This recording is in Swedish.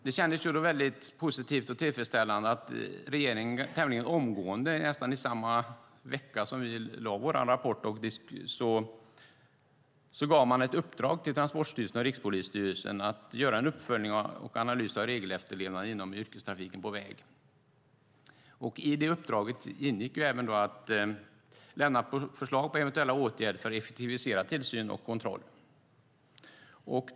Det kändes då väldigt positivt och tillfredsställande att regeringen tämligen omgående, nästan i samma vecka som vi lade fram vår rapport, gav ett uppdrag till Transportstyrelsen och Rikspolisstyrelsen att göra en uppföljning och analys av regelefterlevnaden inom yrkestrafiken på väg. I det uppdraget ingick även att lämna förslag på eventuella åtgärder för att effektivisera tillsyn och kontroll.